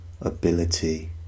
ability